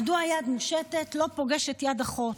מדוע יד מושטת לא פוגשת יד אחות?